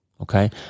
Okay